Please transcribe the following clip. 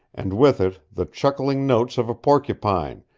and with it the chuckling notes of a porcupine,